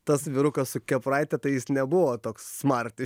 tas vyrukas su kepuraite tai jis nebuvo toks smart